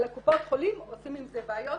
אבל הקופות חולים עושות עם זה בעיות,